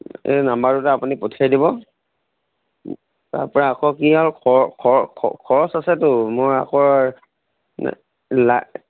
এই নম্বৰটোতে আপুনি পঠিয়াই দিব তাৰপৰা আকৌ কি আৰু খৰচ আছেতো মই আকৌ লা